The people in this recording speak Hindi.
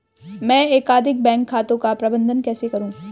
मैं एकाधिक बैंक खातों का प्रबंधन कैसे करूँ?